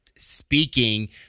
Speaking